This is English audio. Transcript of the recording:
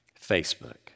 Facebook